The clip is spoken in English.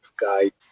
guide